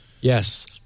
Yes